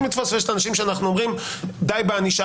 לתפוס ויש האנשים שאנו אומרים: די בענישה